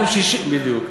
בדיוק.